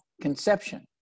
conception